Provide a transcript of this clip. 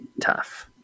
tough